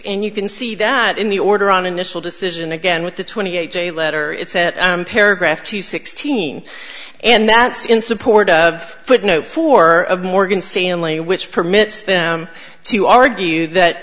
and you can see that in the order on initial decision again with the twenty eight day letter it said paragraph two sixteen and that's in support of footnote four of morgan stanley which permits them to argue that